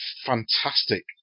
fantastic